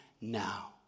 now